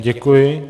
Děkuji.